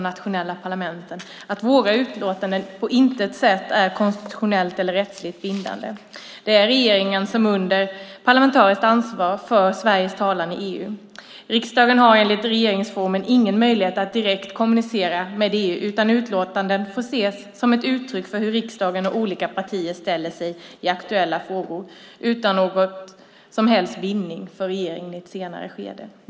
Det framhåller också vi i KU i vårt utlåtande om kommissionens rapport, som rör relationen mellan kommissionen och de nationella parlamenten. Det är regeringen som under parlamentariskt ansvar för Sveriges talan i EU. Riksdagen har enligt regeringsformen ingen möjlighet att direkt kommunicera med EU, utan utlåtanden får ses som ett uttryck för hur riksdagen och olika partier ställer sig i aktuella frågor, utan någon som helst bindning för regeringen i ett senare skede.